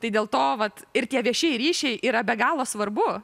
tai dėl to vat ir tie viešieji ryšiai yra be galo svarbu